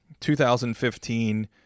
2015